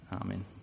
Amen